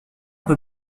veut